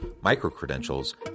micro-credentials